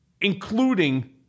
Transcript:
including